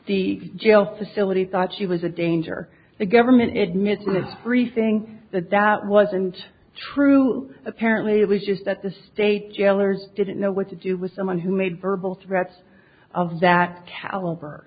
the jail facility thought she was a danger the government admits ministry saying that that wasn't true apparently it was just that the state jailers didn't know what to do with someone who made verbal threats of that caliber